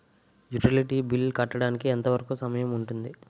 Utility bill కట్టడానికి ఎంత వరుకు సమయం ఉంటుంది?